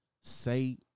say